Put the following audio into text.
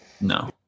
No